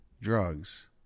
drugs